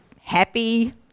happy